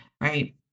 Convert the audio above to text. right